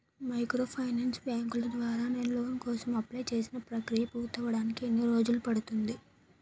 Microfinance బ్యాంకుల ద్వారా నేను లోన్ కోసం అప్లయ్ చేసిన ప్రక్రియ పూర్తవడానికి ఎన్ని రోజులు పడుతుంది?